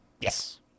Yes